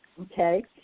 okay